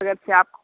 तुरंत से आप